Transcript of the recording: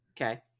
Okay